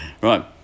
Right